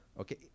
okay